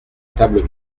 table